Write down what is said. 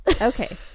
Okay